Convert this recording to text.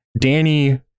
Danny